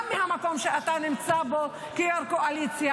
גם מהמקום שאתה נמצא בו כיו"ר קואליציה.